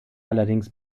allerdings